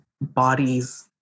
bodies